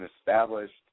established